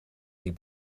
die